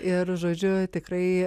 ir žodžiu tikrai